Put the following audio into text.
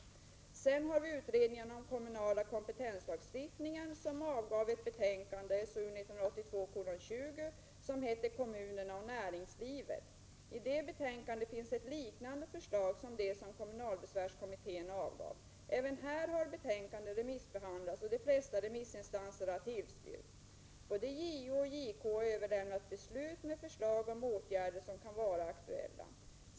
Vidare avgav utredningen om kommunal kompetenslagstiftning ett betänkande, SOU 1982:20, som hette Kommunerna och näringslivet. I det betänkandet finns ett liknande förslag som det som kommunalbesvärskommittén avgav. Även det betänkandet har remissbehandlats, och de flesta remissinstanser har tillstyrkt förslaget. Både JO och JK har överlämnat beslut med förslag till åtgärder som kan vara aktuella.